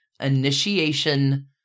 initiation